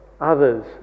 others